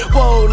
Whoa